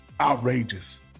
outrageous